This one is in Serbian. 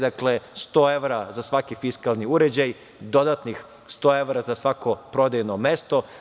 Dakle, 100 evra za svaki fiskalni uređaj, dodatnih 100 evra za svako prodajno mesto.